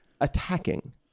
attacking